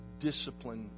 discipline